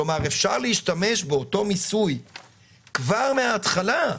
כלומר, אפשר להשתמש באותו מיסוי כבר מההתחלה,